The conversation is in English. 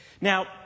Now